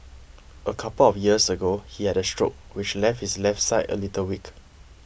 a couple of years ago he had a stroke which left his left side a little weak